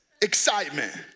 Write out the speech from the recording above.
excitement